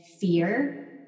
fear